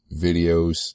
videos